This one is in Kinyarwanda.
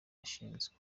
yashinzwe